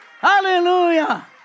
Hallelujah